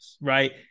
right